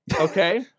okay